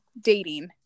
dating